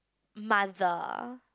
mother